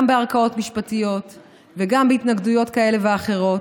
גם בערכאות משפטיות וגם בהתנגדויות כאלה ואחרות.